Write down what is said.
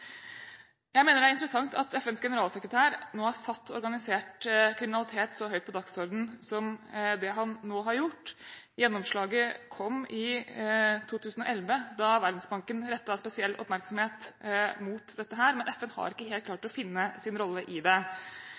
Jeg mener det er interessant at FNs generalsekretær nå har satt organisert kriminalitet så høyt på dagsordenen som han nå har gjort. Gjennomslaget kom i 2011 da Verdensbanken rettet spesiell oppmerksomhet mot dette, men FN har ikke helt klart å finne sin rolle i det.